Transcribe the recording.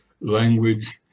language